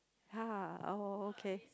!ha! oh oh oh okay